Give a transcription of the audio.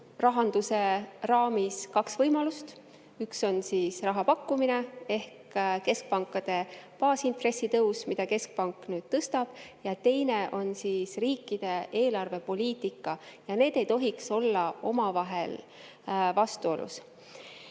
rahanduse raamis kaks võimalust: üks on rahapakkumine ehk keskpankade baasintressi tõus, mida keskpank nüüd tõstab, ja teine on riikide eelarvepoliitika. Ja need ei tohiks olla omavahel vastuolus.